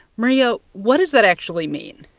maria, what does that actually mean?